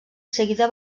seguida